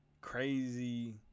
crazy